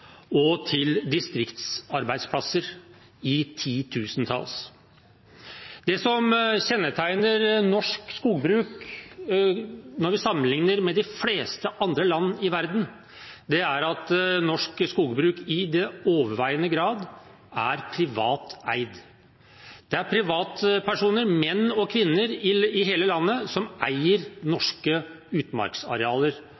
og til distriktsarbeidsplasser i titusentall. Det som kjennetegner norsk skogbruk når vi sammenligner med de fleste andre land i verden, er at norsk skogbruk i overveiende grad er privat eid. Det er privatpersoner, menn og kvinner i hele landet, som eier